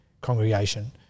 congregation